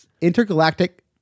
intergalactic